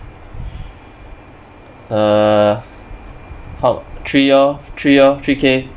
uh how three orh three orh three K